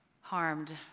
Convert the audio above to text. harmed